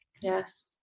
Yes